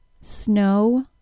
snow